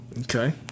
Okay